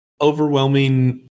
overwhelming